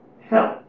help